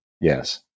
Yes